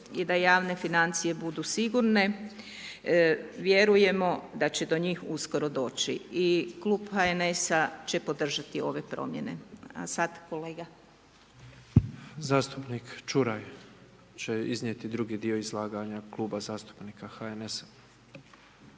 i da javne financije budu sigurne, vjerujemo da će do njih uskoro doći i Klub HNS će podržati ove promjene. **Petrov, Božo (MOST)** Zastupnik Ćuraj će iznijeti drugi dio izlaganja Kluba zastupnika HNS-a.